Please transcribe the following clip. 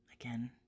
again